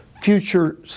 future